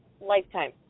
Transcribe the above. lifetime